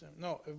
no